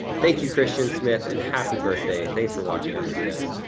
thank you christian smith and happy birthday. thanks for watching our videos.